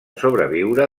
sobreviure